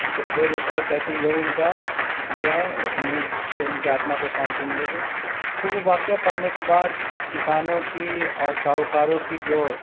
دے دیتی ہے کہتی ہے یہی ان کا یہ ہے انہیں سے ان کے آتما کو شانتی ملے گی تو وہ واقعہ پڑھنے کے بعد کسانوں کی اور ساہوکاروں کی جو